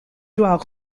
doit